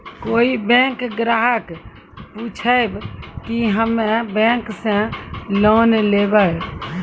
कोई बैंक ग्राहक पुछेब की हम्मे बैंक से लोन लेबऽ?